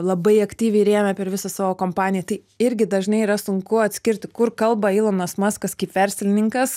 labai aktyviai rėmė per visą savo kompaniją tai irgi dažnai yra sunku atskirti kur kalba ylonas maskas kaip verslininkas